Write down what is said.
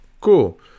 Cool